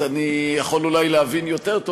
אז אני יכול אולי להבין יותר טוב.